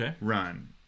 run